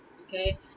Okay